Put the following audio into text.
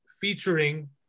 featuring